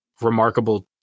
remarkable